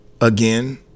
again